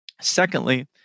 Secondly